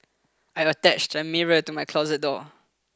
I attached a mirror to my closet door